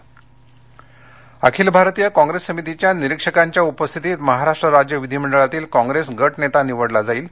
खर्गे मंबई अखिल भारतीय काँग्रेस कमिटीच्या निरिक्षकांच्या उपस्थितीत महाराष्ट्र राज्य विधीमंडळातील काँग्रेस गटनेता निवडला जाईल